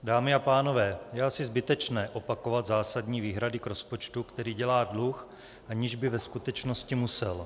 Dámy a pánové, je asi zbytečné opakovat zásadní výhrady k rozpočtu, který dělá dluh, aniž by ve skutečnosti musel.